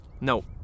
no